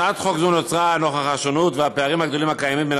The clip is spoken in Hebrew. הצעת חוק זו נוצרה נוכח השונות והפערים הגדולים הקיימים בין